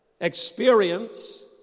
experience